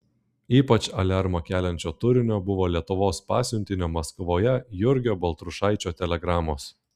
ypač aliarmą keliančio turinio buvo lietuvos pasiuntinio maskvoje jurgio baltrušaičio telegramos